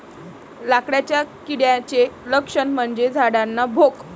लाकडाच्या किड्याचे लक्षण म्हणजे झाडांना भोक